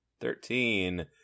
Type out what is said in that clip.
Thirteen